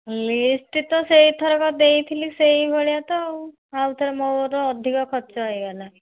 list ତ ସେଇ ଥରକ ଦେଇଥିଲି ସେଇ ଭଳିଆତ ଆଉ ଆଉ ଥରେ ମୋର ଅଧିକ ଖର୍ଚ୍ଚ ହେଇଗଲା